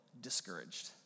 discouraged